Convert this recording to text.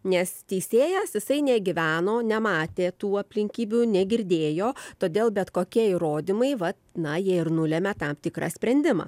nes teisėjas jisai negyveno nematė tų aplinkybių negirdėjo todėl bet kokie įrodymai va na jie ir nulemia tam tikrą sprendimą